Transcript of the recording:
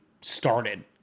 started